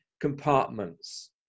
compartments